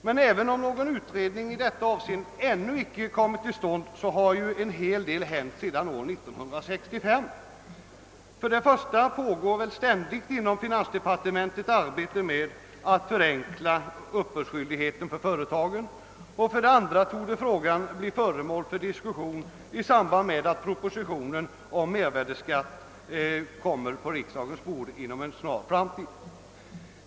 Men även om någon utredning i detta avseende ännu icke kommit till stånd har ju en hel del hänt sedan år 1965 För det första pågår ständigt inom finansdepartementet ett arbete med att förenkla uppbördsförfarandet för företagen och för det andra torde frågan bli föremål för diskussion i samband med att propositionen om mervärdeskatt läggs på riksdagens bord inom en snar framtid.